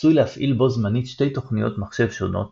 עשוי להפעיל בו זמנית שתי תוכניות מחשב שונות